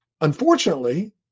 Unfortunately